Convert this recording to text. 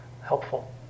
helpful